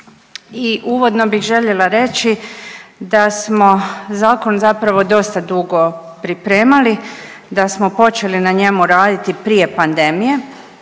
i uvodno bih željela reći da smo zakon zapravo dosta dugo pripremali, da smo počeli na njemu raditi prije pandemije,